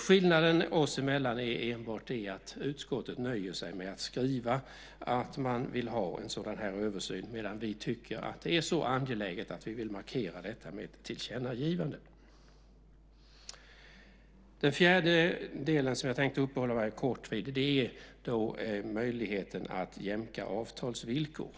Skillnaden oss emellan är enbart att utskottet nöjer sig med att skriva att man vill ha en sådan översyn medan vi tycker att det är så angeläget att vi vill markera detta med ett tillkännagivande. Ytterligare en del som jag tänkte uppehålla mig kort vid är möjligheten att jämka avtalsvillkor.